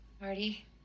Marty